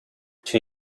two